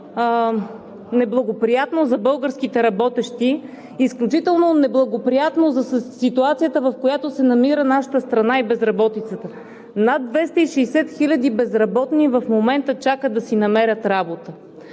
неблагоприятно за работещите българи, изключително неблагоприятно за ситуацията, в която се намира нашата страна, а и за безработицата – над 260 хиляди безработни чакат да си намерят работа.